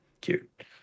cute